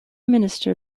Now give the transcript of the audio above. minister